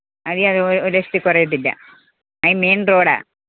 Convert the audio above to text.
അതിയാ ഒ ഒരു ലക്ഷത്തിൽ കുറയത്തില്ല അത് മെയിന് റോഡാ